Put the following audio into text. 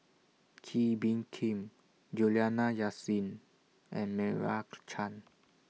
Kee Bee Khim Juliana Yasin and Meira Chand